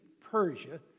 Persia